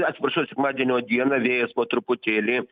atsiprašau sekmadienio dieną vėjas po truputėlį